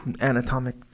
anatomic